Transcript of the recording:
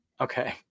Okay